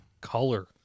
Color